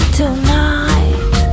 tonight